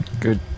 Good